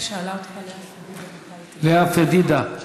לאה פדידה,